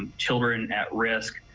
and children at risk.